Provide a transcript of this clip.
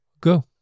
Go